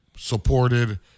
Supported